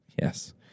yes